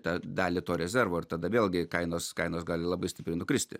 tą dalį to rezervo ir tada vėlgi kainos kainos gali labai stipriai nukristi